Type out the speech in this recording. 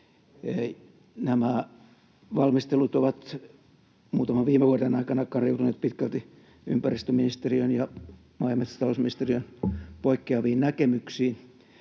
Nämä valmistelut ovat muutaman viime vuoden aikana kariutuneet pitkälti ympäristöministeriön ja maa- ja metsätalousministeriön poikkeaviin näkemyksiin,